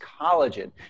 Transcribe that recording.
collagen